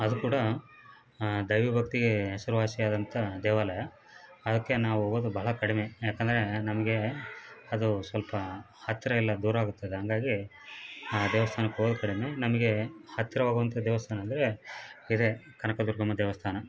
ಅದು ಕೂಡ ದೈವಭಕ್ತಿಗೆ ಹೆಸ್ರುವಾಸಿ ಆದಂಥ ದೇವಾಲಯ ಅದಕ್ಕೆ ನಾವು ಹೋಗೋದು ಭಾಳ ಕಡಿಮೆ ಯಾಕೆಂದ್ರೆ ನಮಗೆ ಅದು ಸ್ವಲ್ಪ ಹತ್ರ ಇಲ್ಲ ದೂರ ಆಗುತ್ತದೆ ಹಂಗಾಗಿ ಆ ದೇವಸ್ಥಾನಕ್ಕೆ ಹೋದು ಕಡಿಮೆ ನಮಗೆ ಹತ್ತಿರವಾಗುವಂಥ ದೇವಸ್ಥಾನ ಅಂದ್ರೆ ಇದೆ ಕನಕ ದುರ್ಗಮ್ಮ ದೇವಸ್ಥಾನ